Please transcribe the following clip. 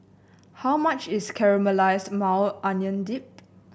how much is Caramelized Maui Onion Dip